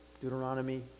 Deuteronomy